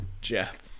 Jeff